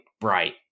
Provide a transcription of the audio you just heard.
bright